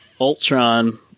Ultron